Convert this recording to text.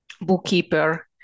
bookkeeper